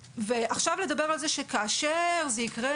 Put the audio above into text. עכשיו לדבר על כך שכאשר זה יקרה,